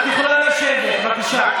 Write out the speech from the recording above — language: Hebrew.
את יכולה לשבת, בבקשה.